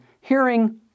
hearing